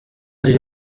riri